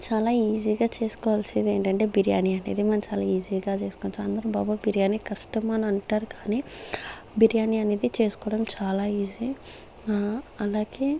చాలా ఈజీ గా చేసుకోవాల్సిందేంటంటే బిర్యానీ అనేది మనం చాలా ఈజీ గా చేసుకోవచ్చు అందరూ బాబోయ్ బిర్యాని కష్టమని అంటారు కానీ బిర్యానీ అనేది చేసుకోవడం చాలా ఈజీ అలాగే